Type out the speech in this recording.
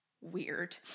Weird